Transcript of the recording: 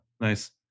Nice